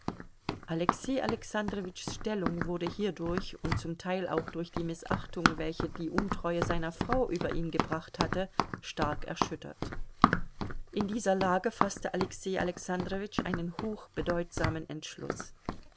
alexei alexandrowitschs stellung wurde hierdurch und zum teil auch durch die mißachtung welche die untreue seiner frau über ihn gebracht hatte stark erschüttert in dieser lage faßte alexei alexandrowitsch einen hochbedeutsamen entschluß